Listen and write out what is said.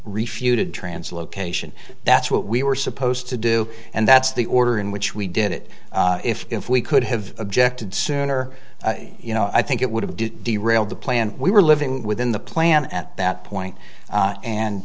refuted translocation that's what we were supposed to do and that's the order in which we did it if we could have objected sooner you know i think it would have do d rail the plan we were living within the plan at that point